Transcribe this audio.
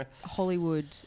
Hollywood